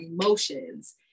emotions